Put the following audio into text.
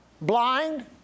Blind